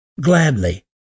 Gladly